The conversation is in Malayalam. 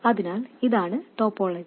അതിനാൽ ഇതാണ് ടോപ്പോളജി